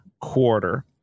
quarter